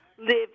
live